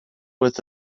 with